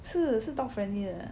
是是 dog friendly 的